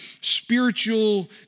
spiritual